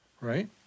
Right